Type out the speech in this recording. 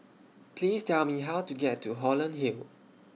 Please Tell Me How to get to Holland Hill